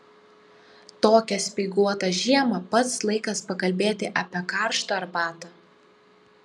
tokią speiguotą žiemą pats laikas pakalbėti apie karštą arbatą